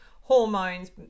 hormones